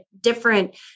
different